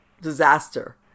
disaster